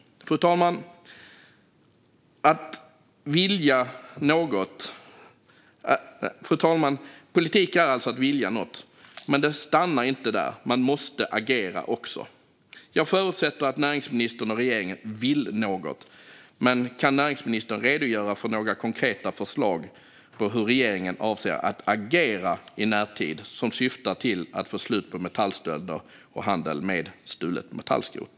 Fru talman! Politik är alltså att vilja något, men det stannar inte där, utan man måste agera också. Jag förutsätter att näringsministern och regeringen vill något. Kan näringsministern redogöra för några konkreta förslag när det gäller hur regeringen avser att agera i närtid för få slut på metallstölder och handel med stulet metallskrot?